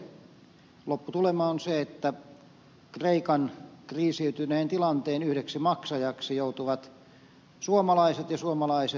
lopputulema on se että kreikan kriisiytyneen tilanteen yhdeksi maksajaksi joutuvat suomalaiset ja suomalaiset veronmaksajat